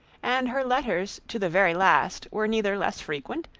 and her letters to the very last were neither less frequent,